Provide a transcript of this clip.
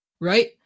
right